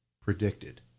predicted